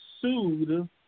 sued